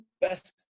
best